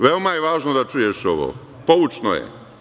Veoma je važno da čuješ ovo, poučno je.